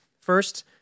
First